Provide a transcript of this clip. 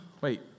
Wait